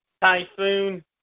Typhoon